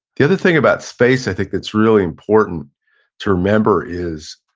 the other thing about space, i think that's really important to remember is,